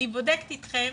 אני בודקת אתכם